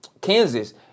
Kansas